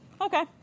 Okay